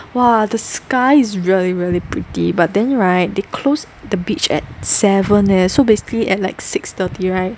!wah! the skies is really really pretty but then right they close the beach at seven leh so basically at like six thirty right